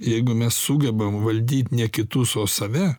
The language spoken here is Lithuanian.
jeigu mes sugebam valdyt ne kitus o save